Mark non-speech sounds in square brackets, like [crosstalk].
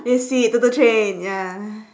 you see [noise] train ya